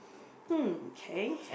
hmm okay